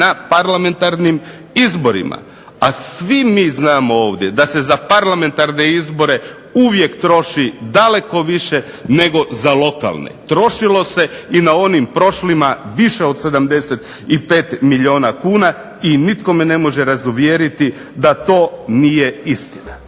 na parlamentarnim izborima. A svi mi znamo ovdje da se za parlamentarne izbore uvijek troši daleko više nego za lokalne, trošilo se na prošlima više od 75 milijuna kuna i nitko me ne može razuvjeriti da to nije istina.